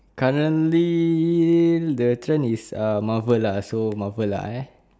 currently the trend is ah Marvel lah so Marvel lah eh